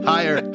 Higher